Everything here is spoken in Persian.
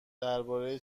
درباره